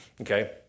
Okay